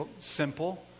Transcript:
simple